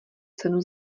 cenu